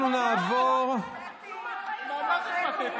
מה אנחנו אשמים?